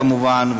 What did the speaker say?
כמובן,